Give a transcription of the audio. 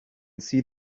see